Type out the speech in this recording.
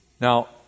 Now